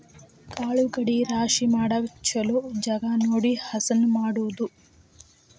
ಕಾಳು ಕಡಿ ರಾಶಿ ಮಾಡಾಕ ಚುಲೊ ಜಗಾ ನೋಡಿ ಹಸನ ಮಾಡುದು